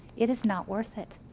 it is not worth it.